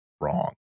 wrong